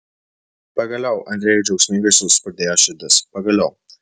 pagaliau andrejui džiaugsmingai suspurdėjo širdis pagaliau